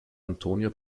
antonia